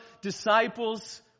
disciples